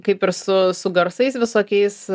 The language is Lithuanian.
kaip ir su su garsais visokiais